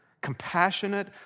compassionate